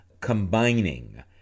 combining